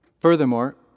Furthermore